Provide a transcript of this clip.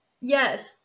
Yes